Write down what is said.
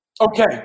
Okay